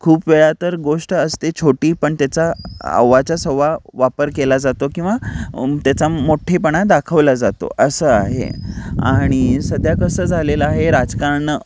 खूप वेळा तर गोष्ट असते छोटी पण त्याचा अव्वाच्या सव्वा वापर केला जातो किंवा त्याचा म मोठेपणा दाखवला जातो असं आहे आणि सध्या कसं झालेलं आहे राजकारण